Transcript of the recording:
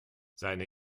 seine